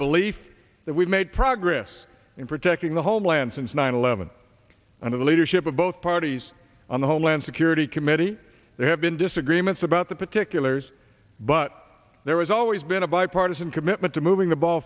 belief that we've made progress in protecting the homeland since nine eleven under the leadership of both parties on the homeland security committee there have been disagreements about the particulars but there is always been a bipartisan commitment to moving the ball